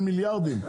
של מיליארדים,